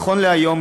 נכון להיום,